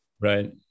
Right